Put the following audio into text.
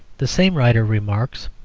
the same writer remarks